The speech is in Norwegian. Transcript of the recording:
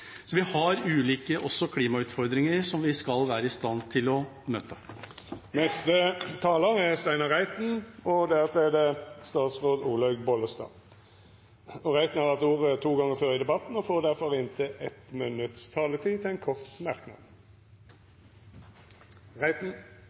så vi har ulike klimautfordringer som vi skal være i stand til å møte. Representanten Steinar Reiten har hatt ordet to gonger tidlegare i debatten og får ordet til ein kort merknad,